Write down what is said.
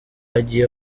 agiye